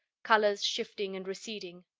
colors shifting and receding,